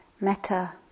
Metta